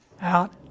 out